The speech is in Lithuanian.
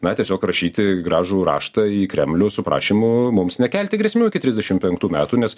na tiesiog rašyti gražų raštą į kremlių su prašymu mums nekelti grėsmių iki trisdešim penktų metų nes